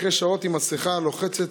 אחרי שעות עם המסכה הלוחצת,